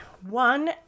one